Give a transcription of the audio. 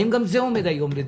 האם גם זה עומד היום לדיון,